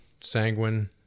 sanguine